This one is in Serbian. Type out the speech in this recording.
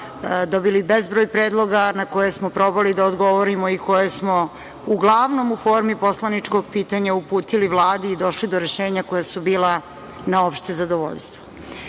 dobili bezbroj predloga na koje smo probali da odgovorimo i koje smo uglavnom u formi poslaničkog pitanja uputili Vladi i došli do rešenja koja su bila na opšte zadovoljstvo. Želim